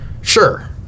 Sure